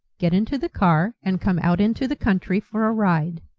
get into the car and come out into the country for a ride.